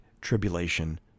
tribulation